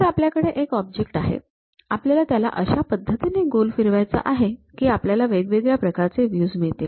तर आपल्याकडे एक ऑब्जेक्ट आहे आपल्याला त्याला अशा पद्धतीने गोल फिरवायचा आहे की आपल्याला वेगवेगळ्या प्रकारचे व्ह्यूज मिळतील